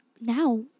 Now